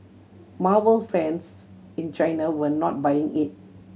marvel fans in China were not buying it